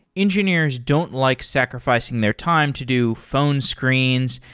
engineers don't like sacrificing their time to do phone screens,